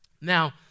Now